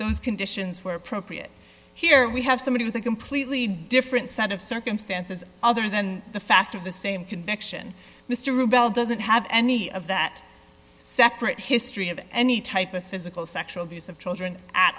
those conditions were appropriate here we have somebody with a completely different set of circumstances other than the fact of the same conviction mr rebel doesn't have any of that separate history of any type of physical sexual abuse of children